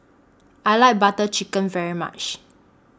I like Butter Chicken very much